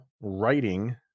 writing